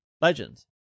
legends